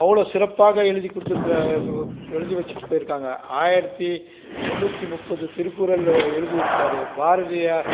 அவ்வளோ சிறப்பாக எழுதிக்கொடுத்துருக்குறா எழுதி வச்சிட்டு போயிருக்காங்கள் ஆயிரத்தி முந்நூற்று முப்பது திருக்குறள் எழுதியிருக்காரு பாரதியார்